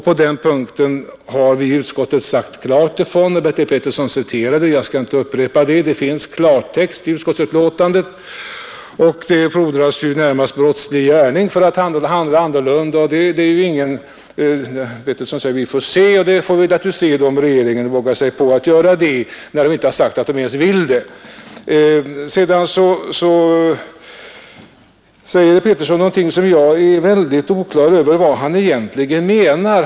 På den punkten har utskottet sagt klart ifrån. Bertil Petersson citerade detta, och jag skall inte upprepa det. Det finns i klartext i utskottsbetänkandet — och det fordras närmast brottslig gärning för att handla annorlunda. Herr Petersson säger att vi får se, och vi får naturligtvis se om regeringen vågar sig på att göra det när man inte ens har sagt att man vill. Sedan tillägger herr Petersson en sak, men jag är inte alls på det klara med vad han egentligen menar.